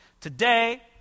Today